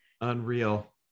Unreal